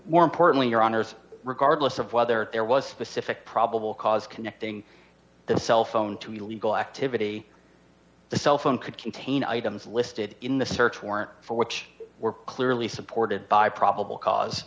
more importantly your honour's regardless of whether there was specific probable cause connecting the cell phone to illegal activity the cell phone could contain items listed in the search warrant for which were clearly supported by probable cause